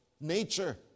Nature